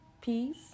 peace